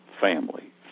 Family